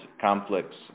conflicts